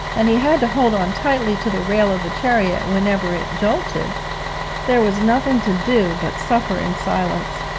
and he had to hold on tightly to the rail of the chariot whenever it jolted there was nothing to do but suffer in silence.